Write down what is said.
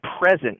present